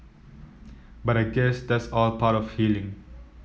but I guess that's all part of healing